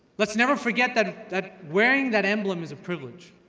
let's never forget that that wearing that emblem is a privilege.